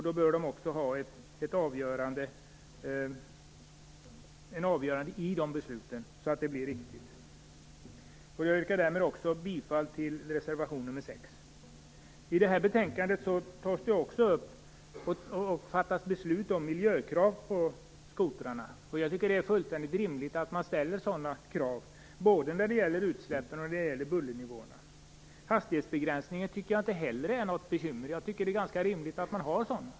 Då bör de också ha ett avgörande i de besluten, så att det blir riktigt. Jag yrkar därmed också bifall till reservation nr 6. I detta betänkande tas också miljökrav på skotrarna upp till beslut. Jag tycker att det är fullständigt rimligt att man ställer sådana krav, både när det gäller utsläppen och när det gäller bullernivåerna. Hastighetsbegränsningen tycker jag inte heller är något bekymmer. Jag tycker att det är ganska rimligt att man har en sådan.